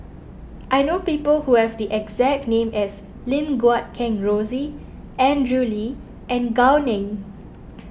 I know people who have the exact name as Lim Guat Kheng Rosie Andrew Lee and Gao Ning